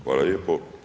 Hvala lijepo.